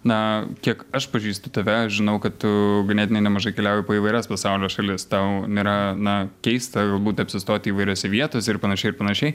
na kiek aš pažįstu tave žinau kad tu ganėtinai nemažai keliauji po įvairias pasaulio šalis tau nėra na keista galbūt apsistoti įvairiose vietose ir panašiai ir panašiai